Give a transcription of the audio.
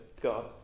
God